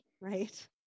Right